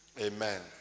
amen